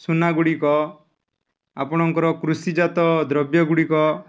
ସୁନାଗୁଡ଼ିକ ଆପଣଙ୍କର କୃଷିଜାତ ଦ୍ରବ୍ୟଗୁଡ଼ିକ